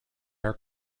are